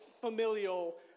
familial